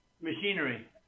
machinery